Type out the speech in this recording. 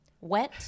Wet